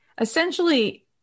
essentially